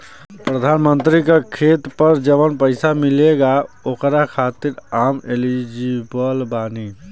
प्रधानमंत्री का खेत पर जवन पैसा मिलेगा ओकरा खातिन आम एलिजिबल बानी?